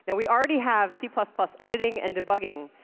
and we already have c editing and debugging,